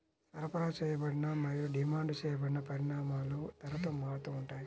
సరఫరా చేయబడిన మరియు డిమాండ్ చేయబడిన పరిమాణాలు ధరతో మారుతూ ఉంటాయి